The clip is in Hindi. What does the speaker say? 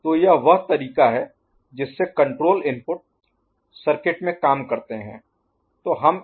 तो यह वह तरीका है जिससे कण्ट्रोल इनपुट सर्किट में काम करते हैं